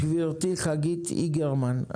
גברתי חגית איגרמן,